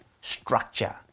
structure